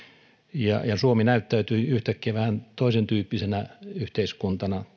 ja suomi näyttäytyi yhtäkkiä vähän toisentyyppisenä yhteiskuntana